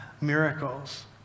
miracles